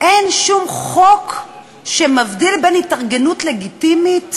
אין שום חוק שמבדיל בין התארגנות לגיטימית